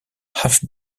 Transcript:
have